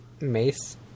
Mace